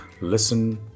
listen